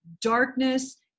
darkness